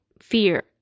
fear